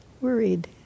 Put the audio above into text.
Worried